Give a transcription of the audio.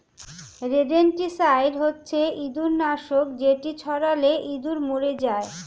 rodenticide হচ্ছে ইঁদুর নাশক যেটি ছড়ালে ইঁদুর মরে যায়